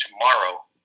tomorrow